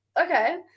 okay